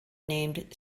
named